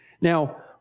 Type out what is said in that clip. Now